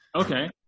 Okay